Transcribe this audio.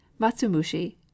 matsumushi